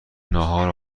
ناهار